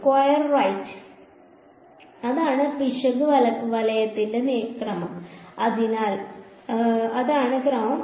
square right ഇതാണ് പിശക് വലത്തിന്റെ ക്രമം അതിനാൽ അതാണ് ക്രമം